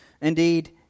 indeed